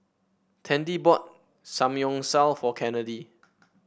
Tandy bought Samgyeopsal for Kennedy